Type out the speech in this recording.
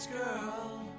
girl